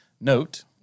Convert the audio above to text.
Note